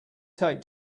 take